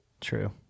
True